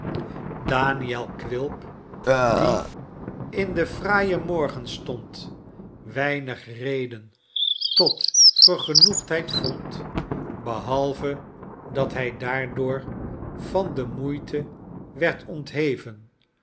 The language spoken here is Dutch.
daniel quilp die in den fraaien morgenstond weinig reden tot vergenoegdheid vond behalve dat hij daardoor van de moeite werd ontheven